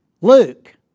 Luke